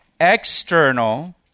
external